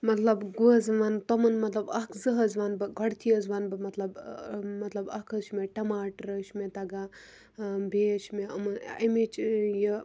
مَطلب بہٕ حظ وَن تِمن مَطلب اَکھ زٕ حظ وَن بہٕ گۄڈنٮ۪تھٕے حظ وَن بہٕ مَطلب مَطلب اَکھ حظ چھِ مےٚ ٹَماٹَر حظ چھِ مےٚ تَگان بیٚیہِ حظ چھِ مےٚ اَمِچ یہِ